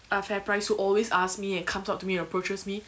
uh fairprice who always ask me and comes out to me and approaches me